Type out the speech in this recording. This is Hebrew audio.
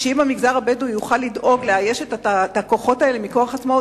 אם המגזר הבדואי יוכל לדאוג לאייש את הכוחות האלה מכוח עצמו,